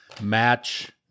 match